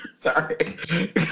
Sorry